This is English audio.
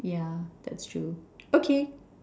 yeah that's true okay